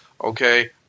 okay